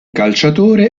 calciatore